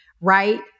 right